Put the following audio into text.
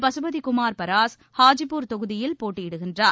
பசுபதிகுமார் பராஸ் ஹாஜிபூர் தொகுதியில் போட்டியிடுகின்றார்